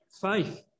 faith